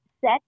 set